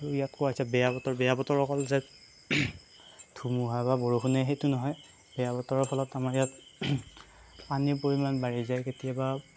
আৰু ইয়াত কোৱা হৈছে বেয়া বতৰ বেয়া বতৰ অকল যে ধুমুহা বা বৰষুণে সেইটো নহয় বেয়া বতৰৰ ফলত আমাৰ ইয়াত পানীৰ পৰিমাণ বাঢ়ি যায় কেতিয়াবা